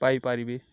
ପାଇପାରିବେ